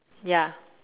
ya